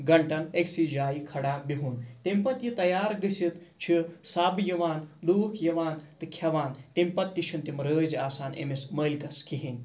گنٛٹن أکسٕے جایہِ کھڑا بِہُن تمہِ پتہٕ یہِ تیار گٔژھِتھ چھِ سب یِوان لوٗکھ یِوان تہٕ کھٮ۪وان تمہِ پتہٕ تہِ چھِنہٕ تِم رٲزۍ آسان أمِس مٲلکس کہیٖنۍ